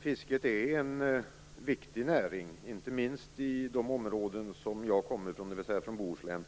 Fisket är en viktig näring, inte minst i de områden som jag kommer från, dvs. Bohuslän,